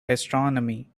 astronomy